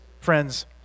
friends